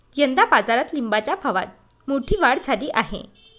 यंदा बाजारात लिंबाच्या भावात मोठी वाढ झाली आहे